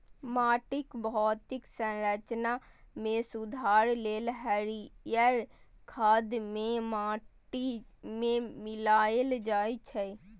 माटिक भौतिक संरचना मे सुधार लेल हरियर खाद कें माटि मे मिलाएल जाइ छै